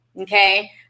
Okay